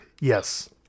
Yes